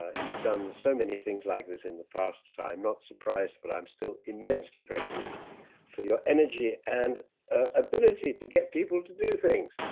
ah you've done so many things like this in the past, so i'm not surprised, but i'm still immensely grateful for your energy and ability to get people to do things.